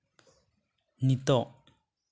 ᱱᱤᱛᱚᱜ